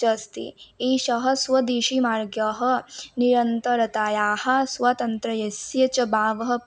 च अस्ति एषः स्वदेशिमार्गः निरन्तरतायाः स्वातन्त्र्यस्य च भावः